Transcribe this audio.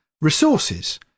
resources